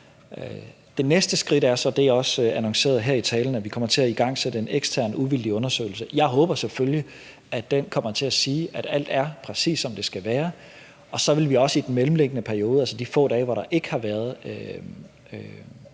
Det næste skridt er så – det, jeg også annoncerede her i talen – at vi kommer til at igangsætte en ekstern uvildig undersøgelse. Jeg håber selvfølgelig, at den kommer til at sige, at alt er, præcis som det skal være. Og så vil vi også i den mellemliggende periode, altså i de få dage, hvor der ikke har været